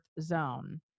zone